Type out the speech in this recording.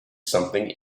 something